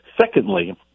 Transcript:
Secondly